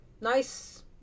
Nice